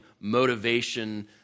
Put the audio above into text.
motivation